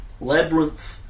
Labyrinth